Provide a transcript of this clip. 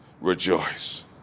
rejoice